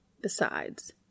Besides